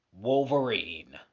Wolverine